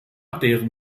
deren